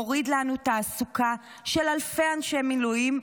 מוריד לנו תעסוקה של אלפי אנשי מילואים,